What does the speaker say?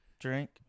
drink